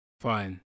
Fine